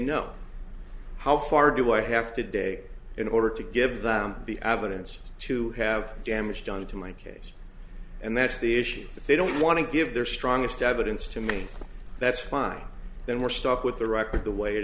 no how far do i have to day in order to give them the evidence to have damage done to my case and that's the issue if they don't want to give their strongest evidence to me that's fine then we're stuck with the record the way it